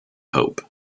hope